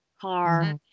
Car